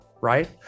right